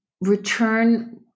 return